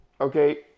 Okay